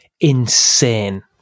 insane